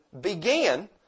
began